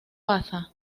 baza